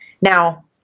now